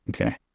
Okay